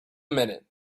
minute